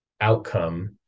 outcome